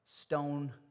stone